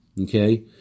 Okay